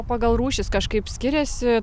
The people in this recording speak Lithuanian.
o pagal rūšis kažkaip skiriasi